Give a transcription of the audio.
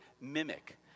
mimic